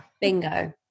bingo